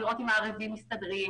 לראות אם הערבים מסתדרים,